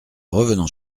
revenant